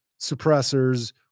suppressors